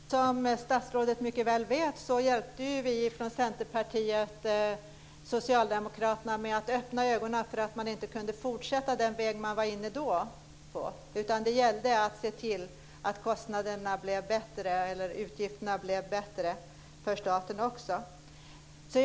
Fru talman! Som statsrådet mycket väl vet hjälpte vi från Centerpartiet socialdemokraterna med att öppna ögonen för att de inte kunde fortsätta på den väg som de då var inne på, utan det gällde att se till att utgifterna för staten också blev lägre.